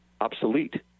obsolete